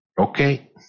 okay